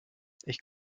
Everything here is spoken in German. ich